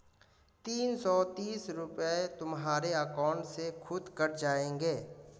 तीन सौ तीस रूपए तुम्हारे अकाउंट से खुद कट जाएंगे